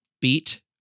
beat